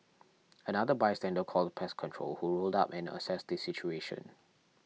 another bystander called pest control who rolled up and assessed the situation